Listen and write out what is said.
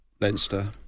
Leinster